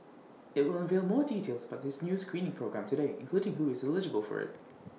IT will unveil more details about this new screening programme today including who is eligible for IT